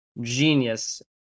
genius